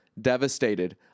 Devastated